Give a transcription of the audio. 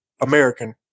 American